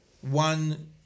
one